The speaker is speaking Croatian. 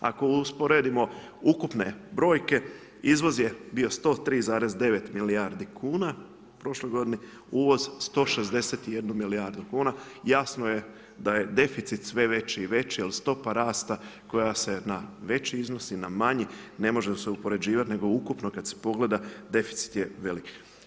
Ako usporedimo ukupne brojke, izvoz je bio 103,9 milijardi kuna u prošloj godini, uvoz 161 milijardu kuna. jasno je da je deficit sve veći i veći jel stopa rasta koja se na veći iznos i na manji ne može se upoređivati nego ukupno kada se pogleda deficit je velik.